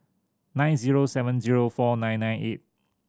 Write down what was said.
nine zero seven zero four nine nine eight